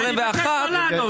אני מבקש לא לענות.